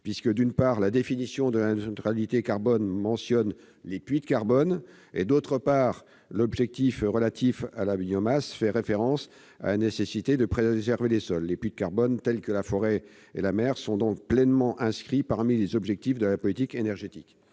: d'une part, la définition de la neutralité carbone mentionne les puits de carbone ; de l'autre, l'objectif relatif à la biomasse fait référence à la nécessité de préserver les sols. Les puits de carbone, tels que la forêt et la mer, sont donc pleinement pris en compte au titre des objectifs de la politique énergétique.